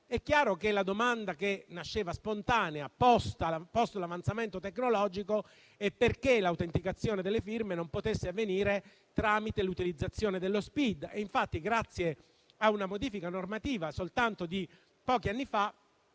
È chiaro che la domanda che nasceva spontanea, posto l'avanzamento tecnologico, è perché l'autenticazione delle firme non potesse avvenire tramite l'utilizzazione dello Spid. Infatti, grazie a una modifica normativa che risale soltanto a pochi anni fa,